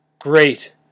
great